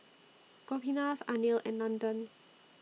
Gopinath Anil and Nandan